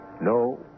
no